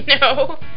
No